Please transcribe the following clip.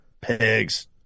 pigs